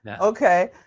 Okay